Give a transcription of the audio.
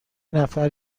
نفر